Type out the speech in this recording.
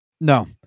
no